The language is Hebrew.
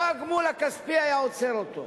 לא הגמול הכספי היה עוצר אותו.